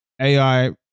AI